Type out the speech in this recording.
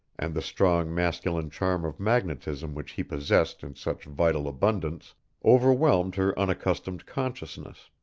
and the strong masculine charm of magnetism which he possessed in such vital abundance overwhelmed her unaccustomed consciousness.